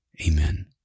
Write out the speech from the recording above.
Amen